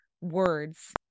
words